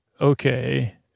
okay